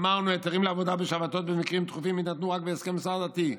אמרנו: היתרים לעבודה בשבתות במקרים דחופים יינתנו רק בהסכם שר דתי,